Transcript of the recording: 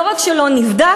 לא רק שלא נבדק,